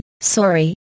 Sorry